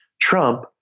Trump